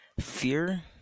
Fear